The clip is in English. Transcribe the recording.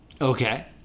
Okay